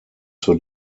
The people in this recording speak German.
zur